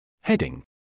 Heading